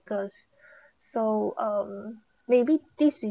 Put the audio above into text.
so um maybe this is